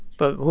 but,